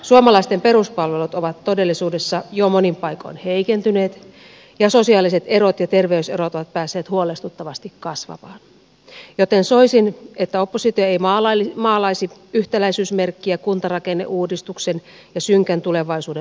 suomalaisten peruspalvelut ovat todellisuudessa jo monin paikoin heikentyneet ja sosiaaliset erot ja terveyserot ovat päässeet huolestuttavasti kasvamaan joten soisin että oppositio ei maalaisi yhtäläisyysmerkkiä kuntarakenneuudistuksen ja synkän tulevaisuuden välille